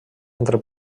entre